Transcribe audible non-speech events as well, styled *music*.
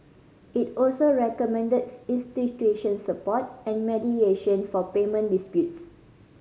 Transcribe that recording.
it also recommended *unintelligible* institution support and mediation for payment disputes